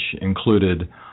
included